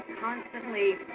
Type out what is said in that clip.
constantly